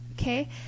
okay